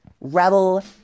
Rebel